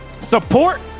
Support